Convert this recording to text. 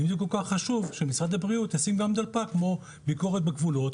ואם זה כל כך חשוב אז שמשרד הבריאות ישים גם דלפק כמו ביקורת הגבולות,